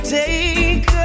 take